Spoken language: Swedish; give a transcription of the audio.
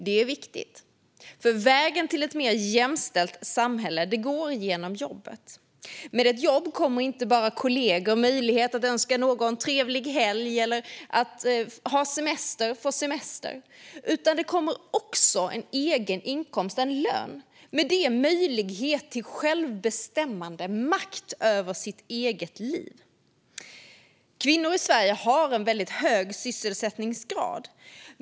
Det är viktigt, för vägen till ett mer jämställt samhälle går genom jobbet. Med ett jobb kommer inte bara kollegor, möjlighet att önska någon trevlig helg eller att få semester. Det handlar också om en egen inkomst, en lön, och med det möjlighet till självbestämmande och makt över sitt eget liv. Kvinnor i Sverige har en hög sysselsättningsgrad.